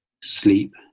sleep